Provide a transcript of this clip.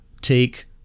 take